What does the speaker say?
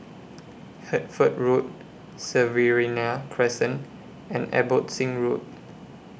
Hertford Road Riverina Crescent and Abbotsingh Road